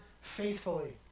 faithfully